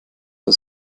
der